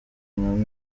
nka